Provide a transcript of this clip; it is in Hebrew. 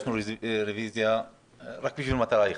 הגשנו רוויזיה רק בשביל מטרה אחת.